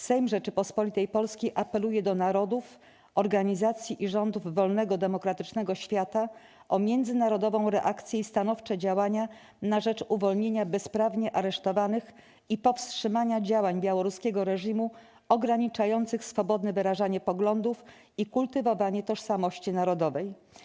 Sejm Rzeczypospolitej Polskiej apeluje do narodów, organizacji i rządów wolnego, demokratycznego świata o międzynarodową reakcję i stanowcze działania na rzecz uwolnienia bezprawnie aresztowanych i powstrzymania działań białoruskiego reżimu ograniczających swobodne wyrażanie poglądów i kultywowanie tożsamości narodowej.